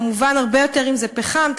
כמובן הרבה יותר אם זה פחם,